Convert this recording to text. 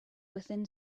within